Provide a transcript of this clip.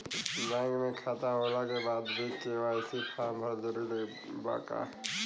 Bank में खाता होला के बाद भी के.वाइ.सी फार्म भरल जरूरी बा का?